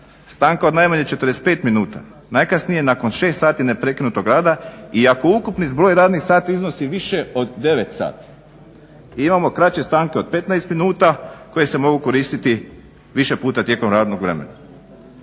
Stanka od najmanje 45 minuta najkasnije nakon 6 sati neprekinutog rada i ako ukupni zbroj ranih sati iznosi više od 9 sati. I imamo kraće stanke od 15 minuta koje se mogu koristiti više puta tijekom radnog vremena.